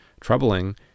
troubling